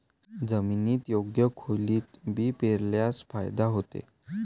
जमिनीत योग्य खोलीत बी पेरल्यास फायदा होतो